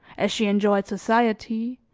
as she enjoyed society,